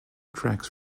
tracks